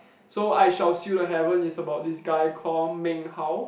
so I-shall-seal-the-heaven is about this guy called Meng-Hao